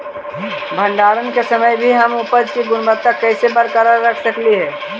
भंडारण के समय भी हम उपज की गुणवत्ता कैसे बरकरार रख सकली हे?